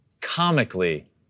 comically